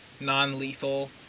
non-lethal